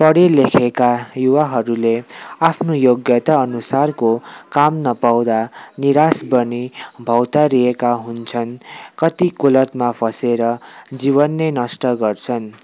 पढे लेखेका युवाहरूले आफ्नो योग्यता अनुसारको काम नपाउँदा निरास बनी भौँतारिएका हुन्छन् कति कुलतमा फँसेर जीवन नै नष्ट गर्छन्